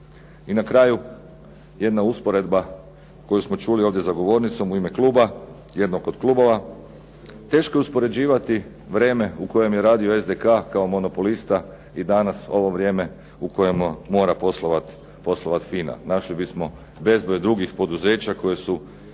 I na kraju, jedna usporedba koju smo čuli ovdje za govornicom ovdje za govornicom u ime kluba, jednog od klubova. Teško je uspoređivati vrijeme u kojem je radio SDK kao monopolista i danas ovo vrijeme u kojem mora poslovati FINA. Našli bismo bezbroj drugih poduzeća koja su